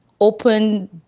open